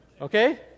Okay